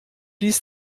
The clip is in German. ließ